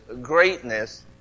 greatness